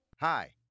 Hi